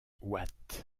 watts